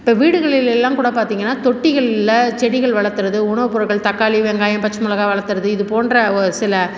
இப்போ வீடுகளில் எல்லாம் கூட பார்த்திங்கன்னா தொட்டிகள்ல செடிகள் வளர்த்துறது உணவு பொருட்கள் தக்காளி வெங்காயம் பச்சைமிளகாய் வளர்த்துறது இது போன்ற ஒரு சில